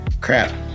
crap